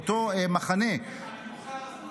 באותו מחנה -- אני מוחה על הזמן שלי.